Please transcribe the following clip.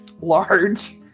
large